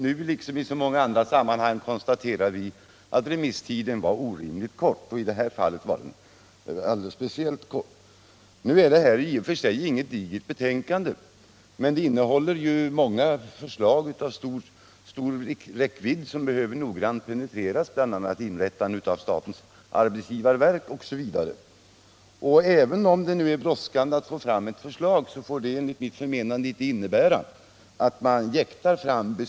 Nu liksom i många andra sammanhang konstaterar vi att remisstiden är orimligt kort — i det här fallet är den alldeles speciellt kort. Nu gäller det i och för sig inget digert betänkande, men det innehåller många förslag av stor räckvidd som behöver penetreras — bl.a. införandet av statens arbetsgivarverk. Även om det brådskar att få fram ett förslag skall ett beslut inte jäktas fram.